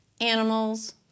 animals